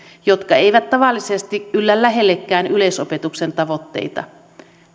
jotka eivät tavallisesti yllä lähellekään yleisopetuksen tavoitteita